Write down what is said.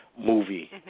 movie